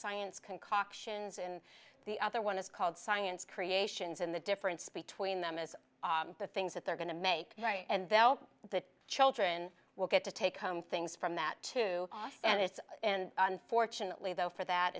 science concoctions and the other one is called science creations and the difference between them is the things that they're going to make right and then the children will get to take home things from that too and it's and unfortunately though for that